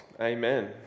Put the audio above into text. Amen